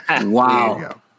wow